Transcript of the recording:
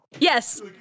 Yes